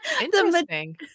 Interesting